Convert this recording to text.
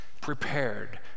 prepared